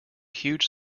huge